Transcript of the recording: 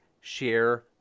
share